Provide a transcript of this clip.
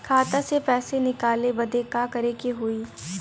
खाता से पैसा निकाले बदे का करे के होई?